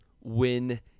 win